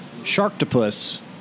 Sharktopus